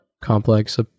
complex